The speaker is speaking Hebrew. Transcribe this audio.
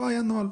לא היה נוהל.